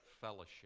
fellowship